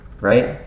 right